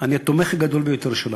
אני התומך הגדול ביותר שלה.